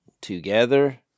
together